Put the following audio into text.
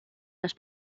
las